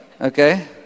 okay